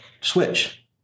switch